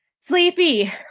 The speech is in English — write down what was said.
Sleepy